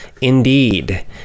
Indeed